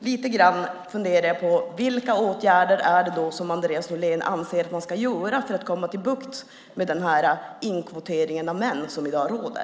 Lite grann funderar jag på vilka åtgärder det är som Andreas Norlén anser att man ska göra för att få bukt med den inkvotering av män som i dag råder.